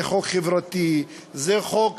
זה חוק חברתי, זה חוק